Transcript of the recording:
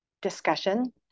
discussion